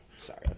sorry